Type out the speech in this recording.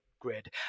Grid